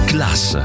Class